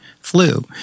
flu